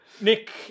Nick